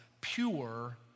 pure